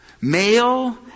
Male